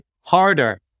harder